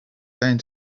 going